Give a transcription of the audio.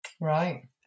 Right